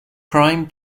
prime